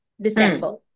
December